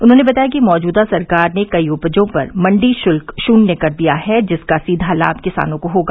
उन्होंने बताया कि मौजूदा सरकार ने कई उपजों पर मंडी शुल्क शुन्य कर दिया है जिसका सीधा लाम किसानों को होगा